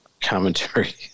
commentary